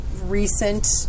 recent